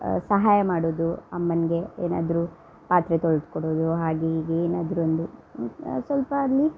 ಸಹಾಯ ಮಾಡೋದು ಅಮ್ಮನಿಗೆ ಏನಾದರು ಪಾತ್ರೆ ತೊಳ್ದು ಕೊಡೋದು ಹಾಗೆ ಹೀಗೆ ಏನಾದರೊಂದು ಸ್ವಲ್ಪ ಅಲ್ಲಿ